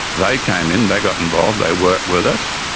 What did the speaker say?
they came in, they got involved, they worked with us.